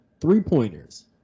three-pointers